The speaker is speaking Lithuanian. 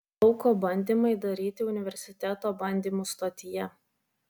lauko bandymai daryti universiteto bandymų stotyje